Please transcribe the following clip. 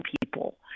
people